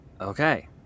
Okay